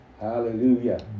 Hallelujah